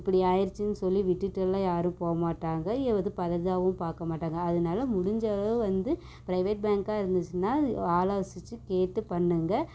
இப்படி ஆயிடுச்சின்னு சொல்லி விட்டுட்டெல்லாம் யாரும் போகமாட்டாங்க எதுவும் பரிதாபமும் பார்க்கமாட்டாங்க அதனால முடிஞ்ச அளவு வந்து ப்ரைவேட் பேங்காக இருந்துச்சுன்னா ஆலோசிச்சிட்டு கேட்டு பண்ணுங்கள்